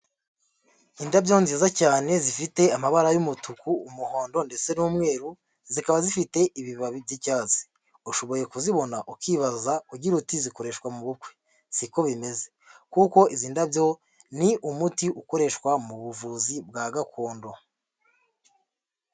Indabyo nziza cyane zifite amabara y'umutuku umuhondo ndetse n'umweru zikaba zifite ibibabi by'icyatsi, ushoboye kuzibona ukibaza ugira uti zikoreshwa mu bukwe, siko bimeze kuko izi ndabyo ni umuti ukoreshwa mu buvuzi bwa gakondo.